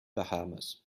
bahamas